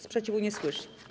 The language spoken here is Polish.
Sprzeciwu nie słyszę.